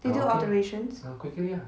they do alterations